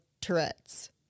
Tourette's